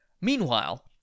Meanwhile